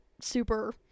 super